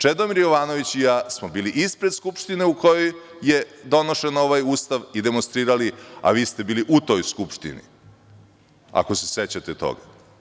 Čedomir Jovanović i ja smo bili ispred Skupštine u kojoj je donošen ovaj Ustav i demonstrirali, a vi ste bili u toj Skupštini, ako se sećate toga.